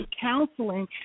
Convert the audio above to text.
counseling